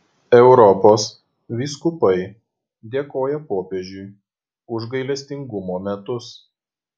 europos vyskupai dėkoja popiežiui už gailestingumo metus